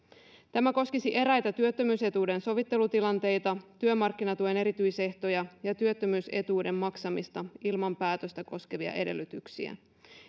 tämä koskisi eräitä työttömyysetuuden sovittelutilanteita työmarkkinatuen erityisehtoja ja työttömyysetuuden maksamista ilman päätöstä koskevia edellytyksiä